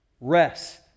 rest